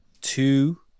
Two